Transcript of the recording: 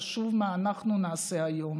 חשוב מה אנחנו נעשה היום.